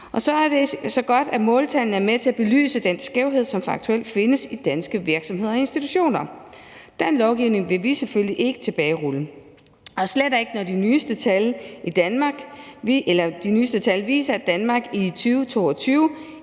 Og så er det godt, at måltallene er med til at belyse den skævhed, som faktuelt findes i danske virksomheder og institutioner. Den lovgivning vil vi selvfølgelig ikke tilbagerulle, og slet ikke, når de nyeste tal viser, at Danmark i 2022